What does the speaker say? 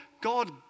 God